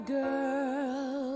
girl